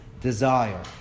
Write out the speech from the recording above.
desire